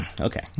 okay